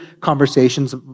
conversations